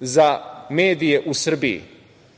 za medije u Srbiji. Ja